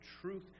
truth